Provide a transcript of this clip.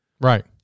Right